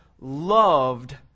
loved